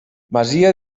masia